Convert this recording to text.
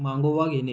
मागोवा घेणे